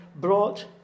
brought